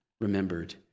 remembered